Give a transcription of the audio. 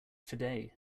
today